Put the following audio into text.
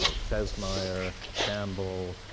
ah fesmire, campbell,